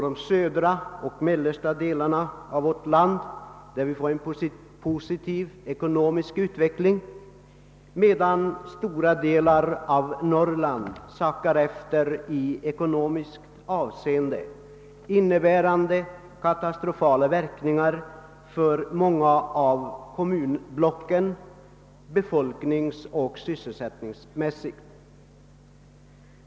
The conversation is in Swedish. De södra och mellersta delarna av vårt land får en positiv ekonomisk utveckling, medan stora delar av Norrland sackar efter i ekonomiskt avseende, innebärande <<katastrofala verkningar för många av kommunblocken befolkningsoch sysselsättningsmässigt.